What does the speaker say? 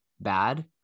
bad